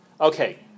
Okay